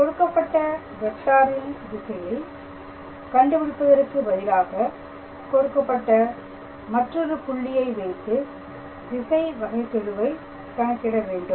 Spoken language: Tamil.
கொடுக்கப்பட்ட வெக்டாரின் திசையில் கண்டுபிடிப்பதற்கு பதிலாக கொடுக்கப்பட்ட மற்றொரு புள்ளியை வைத்து திசை வகைகெழுவை கணக்கிட வேண்டும்